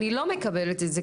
אני לא מקבלת את זה,